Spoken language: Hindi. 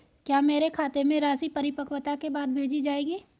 क्या मेरे खाते में राशि परिपक्वता के बाद भेजी जाएगी?